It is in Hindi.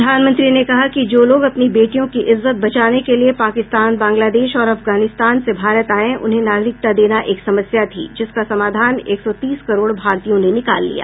प्रधानमंत्री ने कहा कि जो लोग अपनी बेटियों की इज्जत बचाने के लिए पाकिस्तान बांग्लादेश और अफगानिस्तान से भारत आए उन्हें नागरिकता देना एक समस्या थी जिसका समाधान एक सौ तीस करोड़ भारतीयों ने निकाल लिया